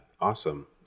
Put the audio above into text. awesome